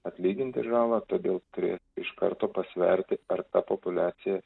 atlyginti žalą todėl turė iš karto pasverti ar ta populiacija